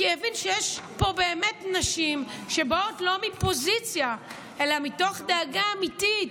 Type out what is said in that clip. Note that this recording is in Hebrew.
כי הוא הבין שיש פה באמת נשים שבאות לא מפוזיציה אלא מתוך דאגה אמיתית.